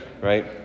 right